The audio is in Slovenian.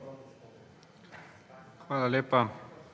Hvala lepa.